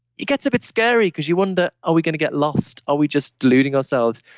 it gets a bit scary because you wonder are we going to get lost, are we just diluting ourselves?